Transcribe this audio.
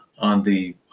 on the